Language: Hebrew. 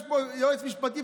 יש פה יועץ משפטי,